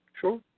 Sure